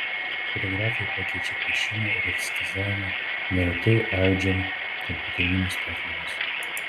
fotografija pakeičia piešimą ir eskizavimą neretai audžiama kompiuterinėmis staklėmis